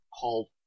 called